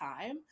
time